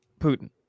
Putin